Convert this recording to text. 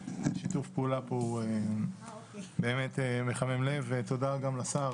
שיתוף הפעולה פה הוא באמת מחמם לב ותודה גם לשר